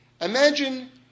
Imagine